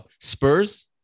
Spurs